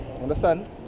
Understand